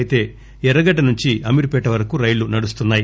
అయితే ఎర్రగడ్డ నుంచి అమీర్ పేట వరకు రైళ్ళు నడుస్తున్సాయి